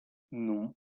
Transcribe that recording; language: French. non